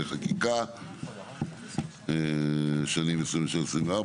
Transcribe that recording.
חקיקה ליישום המדיניות הכלכלית לשנות התקציב 2023 ו-